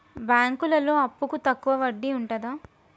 బ్యాంకులలో అప్పుకు తక్కువ వడ్డీ ఉంటదా?